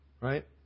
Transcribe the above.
Right